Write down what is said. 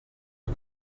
you